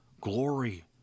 glory